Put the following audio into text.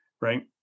Right